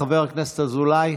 חבר הכנסת אזולאי?